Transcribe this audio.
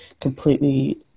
completely